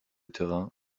terrain